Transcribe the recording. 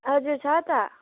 हजुर छ त